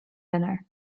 winner